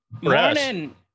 Morning